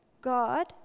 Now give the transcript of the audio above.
God